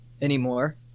anymore